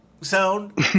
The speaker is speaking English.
sound